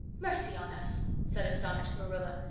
mercy on us, said astonished marilla,